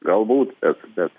galbūt bet bet